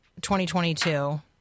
2022